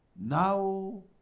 Now